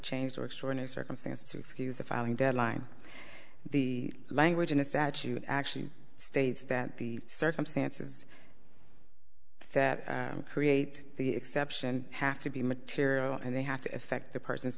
change or extraordinary circumstance to excuse the filing deadline the language in a statute actually states that the circumstances that create the exception have to be material and they have to affect the person's